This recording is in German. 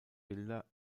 bilder